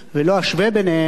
ולא אשווה ביניהם,